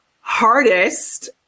hardest